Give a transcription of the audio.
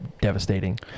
devastating